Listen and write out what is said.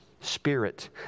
Spirit